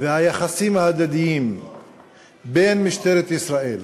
היחסים ההדדיים בין משטרת ישראל